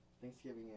Thanksgiving